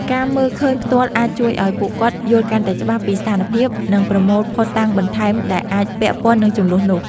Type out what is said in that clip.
ការមើលឃើញផ្ទាល់អាចជួយឲ្យពួកគាត់យល់កាន់តែច្បាស់ពីស្ថានភាព និងប្រមូលភស្តុតាងបន្ថែមដែលអាចពាក់ព័ន្ធនឹងជម្លោះនោះ។